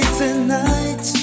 tonight